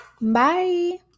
Bye